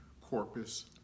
Corpus